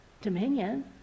dominion